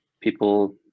people